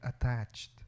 attached